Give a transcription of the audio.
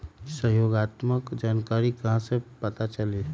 सहयोगात्मक जानकारी कहा से पता चली?